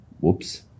Whoops